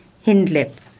Hindlip